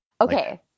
Okay